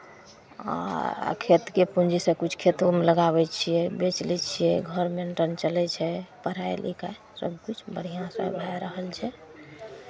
ओ खेतके पूँजीसँ किछु खेतोमे लगाबै छियै बेच लै छियै घर मेंटन चलै छै पढ़ाइ लिखाइ सभकिछु बढ़िआँसँ भए रहल छै